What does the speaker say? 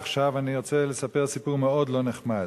ועכשיו אני רוצה לספר סיפור מאוד לא נחמד.